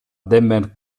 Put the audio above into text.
denver